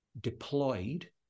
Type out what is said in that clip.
deployed